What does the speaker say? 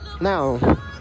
Now